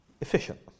efficient